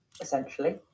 essentially